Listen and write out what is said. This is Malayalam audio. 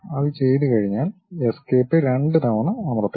അത് ചെയ്തു കഴിഞ്ഞാൽ എസ്കേപ്പ് രണ്ടുതവണ അമർത്തുക